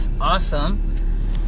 awesome